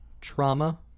Trauma